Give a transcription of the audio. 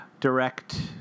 direct